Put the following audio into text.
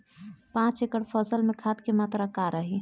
पाँच एकड़ फसल में खाद के मात्रा का रही?